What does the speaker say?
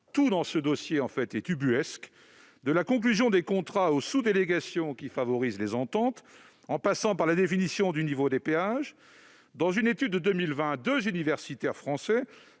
tout dans ce dossier est ubuesque, de la conclusion des contrats aux sous-délégations qui favorisent les ententes en passant par la définition du niveau des péages. Dans une étude de 2020, deux universitaires français